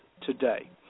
today